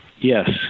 Yes